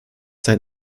sein